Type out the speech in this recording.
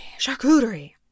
Charcuterie